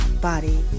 body